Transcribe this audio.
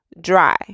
dry